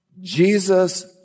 Jesus